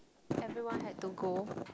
everyone had to go